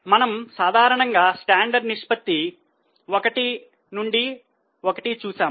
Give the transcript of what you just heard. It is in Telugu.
మనము సాధారణంగా స్టాండర్డ్ నిష్పత్తి అంటారు